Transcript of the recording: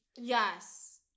Yes